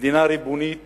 כמדינה ריבונית